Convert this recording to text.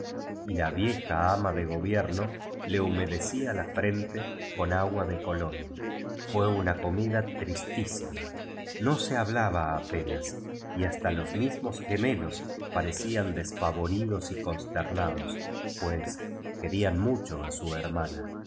y la vieja ame de gobierno le humedecía la frente con agua de t iilomn fné una comida tristísima no se hablaba apenas y basta lo mismos gemelos parecían despavoridos y consterna dos pues querían mucho a su hermana